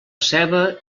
ceba